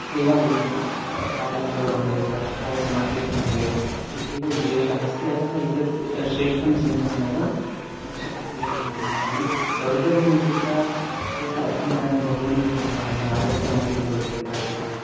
सेवारूपेण कार्यमेव भवेत् राष्ट्राय समर्पितं भवेत् इत्येव उद्देशः अस्ति अतः एतद् श्रेष्ठं चिन्तनमेव शक्तिः इति अहं चिन्तयामि दौर्बल्यम् इत्यत्र इतोऽपि अध्ययनानि बहूनि करणीयानि आलस्यमपि भवति कदाचित्